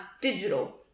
digital